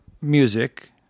music